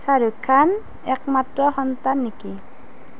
শ্বাহৰুখ খান একমাত্ৰ সন্তান নেকি